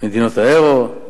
מדינות היורו,